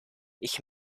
ich